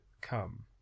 come